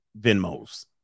Venmos